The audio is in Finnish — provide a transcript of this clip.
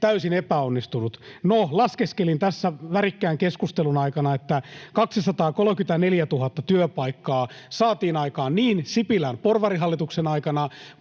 täysin epäonnistunut. No, laskeskelin tässä värikkään keskustelun aikana, että 234 000 työpaikkaa saatiin aikaan niin Sipilän porvarihallituksen aikana